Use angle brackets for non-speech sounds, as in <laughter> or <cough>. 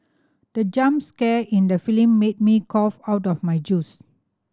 the jump scare in the <unintelligible> made me cough out of my juice